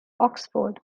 oxford